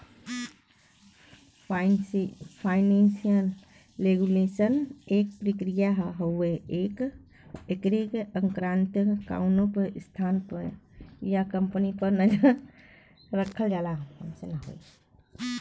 financial regulation एक प्रक्रिया हउवे एकरे अंतर्गत कउनो संस्था या कम्पनी पर नजर रखल जाला